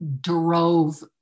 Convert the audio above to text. drove